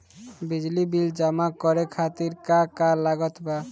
बिजली बिल जमा करे खातिर का का लागत बा?